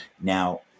Now